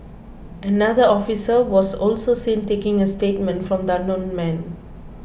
another officer was also seen taking a statement from the unknown man